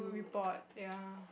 do report ya